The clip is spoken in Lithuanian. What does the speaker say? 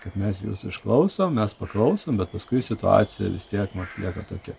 kad mes jus išklausom mes paklausom bet paskui situacija vis tiek išlieka tokia